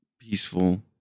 Peaceful